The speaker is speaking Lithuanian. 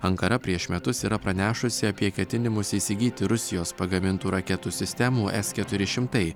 ankara prieš metus yra pranešusi apie ketinimus įsigyti rusijos pagamintų raketų sistemų s keturi šimtai